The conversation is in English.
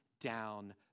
down